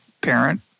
parent